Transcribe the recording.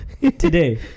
Today